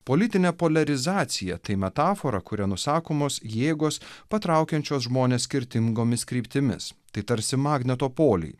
politinė poliarizacija tai metafora kuria nusakomos jėgos patraukiančios žmones skirtingomis kryptimis tai tarsi magneto poliai